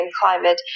climate